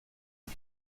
být